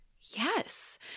Yes